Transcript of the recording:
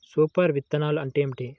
Super విత్తనాలు అంటే ఏమిటి?